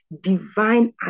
divine